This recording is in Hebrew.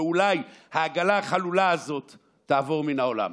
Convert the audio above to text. ואולי העגלה החלולה הזאת תעבור מן העולם.